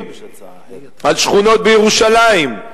על שכונות בירושלים,